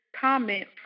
comment